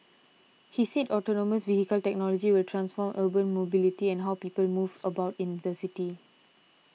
he said autonomous vehicle technology will transform urban mobility and how people move about in the city